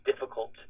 difficult